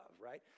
right